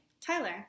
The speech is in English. Tyler